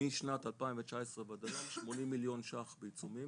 משנת 2019 ועד היום 80 מיליון ₪ בעיצומים,